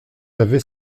avez